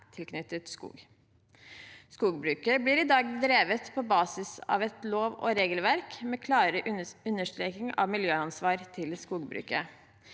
tilknyttet skog. Skogbruket blir i dag drevet på basis av et lov- og regelverk med klar understreking av miljøansvaret til skogbruket.